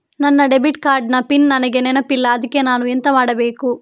ನನ್ನ debit card ನ PIN ನನಗೆ ನೆನಪಿಲ್ಲ ಅದ್ಕೆ ನಾನು ಎಂತ ಮಾಡಬೇಕು?